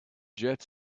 jet